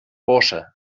bursche